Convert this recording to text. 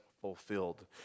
fulfilled